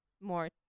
more